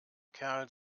kerl